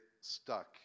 stuck